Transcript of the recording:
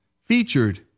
featured